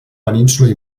península